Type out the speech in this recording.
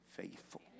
faithful